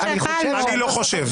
אני לא חושב.